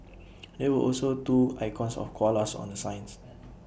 there were also two icons of koalas on the signs